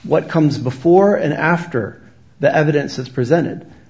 what comes before and after that evidence is presented